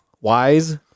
wise